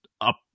up